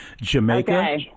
Jamaica